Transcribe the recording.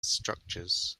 structures